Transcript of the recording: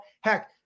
Heck